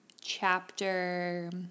chapter